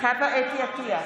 חוה אתי עטייה,